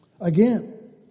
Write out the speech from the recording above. Again